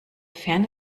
ferne